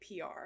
PR